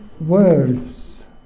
words